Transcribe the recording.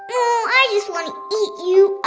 i just want to eat you